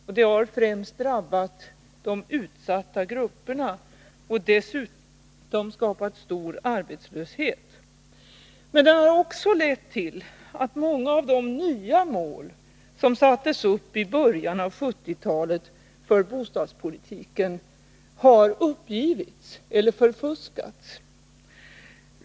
Detta har främst drabbat de utsatta grupperna och dessutom skapat stor arbetslöshet. Men det har också lett till att många av de nya mål som sattes uppi början av 1970-talet för bostadspolitiken har uppgivits eller förfuskats.